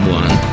one